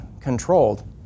controlled